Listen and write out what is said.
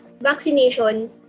vaccination